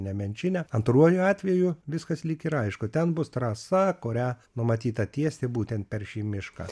nemenčinę antruoju atveju viskas lyg ir aišku ten bus trasa kurią numatyta tiesti būtent per šį mišką